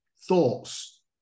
Thoughts